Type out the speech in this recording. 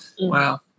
wow